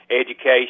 education